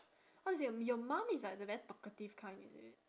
how to say um your mum is like the very talkative kind is it